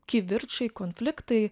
kivirčai konfliktai